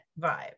vibe